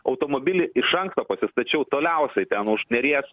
automobilį iš anksto pasistačiau toliausiai ten už neries